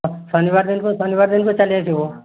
ଶନିବାର ଦିନକୁ ଶନିବାର ଦିନକୁ ଚାଲି ଆସିବୁ